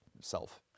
self